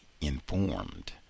informed